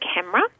camera